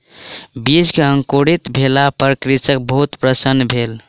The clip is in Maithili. बीज के अंकुरित भेला पर कृषक बहुत प्रसन्न भेल